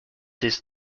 this